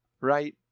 Right